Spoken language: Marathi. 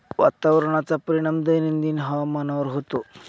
वातावरणाचा परिणाम दैनंदिन हवामानावर होतो